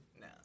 No